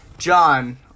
John